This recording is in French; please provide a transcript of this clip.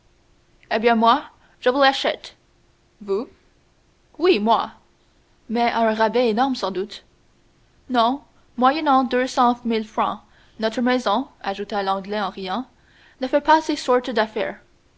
eh bien moi je vous l'achète vous oui moi mais à un rabais énorme sans doute non moyennant deux cent mille francs notre maison ajouta l'anglais en riant ne fait pas de ces sortes d'affaires